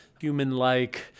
human-like